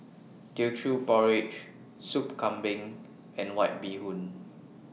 Teochew Porridge Soup Kambing and White Bee Hoon